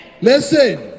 Listen